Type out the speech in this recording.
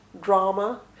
Drama